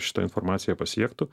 šita informacija pasiektų